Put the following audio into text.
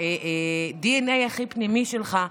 מהדנ"א הכי פנימי שלך,